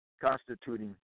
constituting